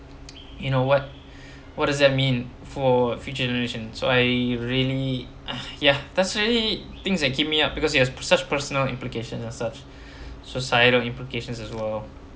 you know what what does that mean for future generation so I really ah ya that's really things that keep me up because iit has such personal implications such societal implications as well